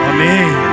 Amen